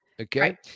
Okay